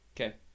Okay